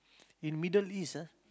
in Middle-East ah